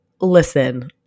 listen